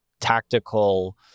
tactical